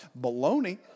Baloney